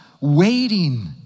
waiting